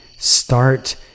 start